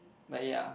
but ya